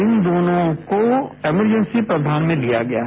इन दोनों को इमरजेंसी प्रावधान में लिया गया है